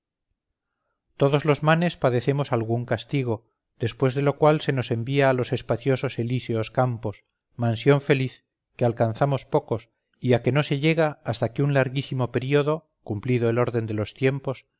todos los manes padecemos algún castigo después de lo cual se nos envía a los espaciosos elíseos campos mansión feliz que alcanzamos pocos y a que no se llega hasta que un larguísimo período cumplido el orden de los tiempos